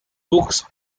books